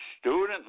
Student